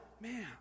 Man